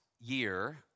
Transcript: year